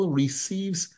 receives